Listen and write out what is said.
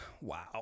wow